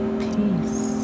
peace